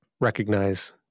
recognize